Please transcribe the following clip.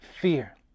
fear